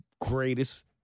greatest